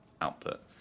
output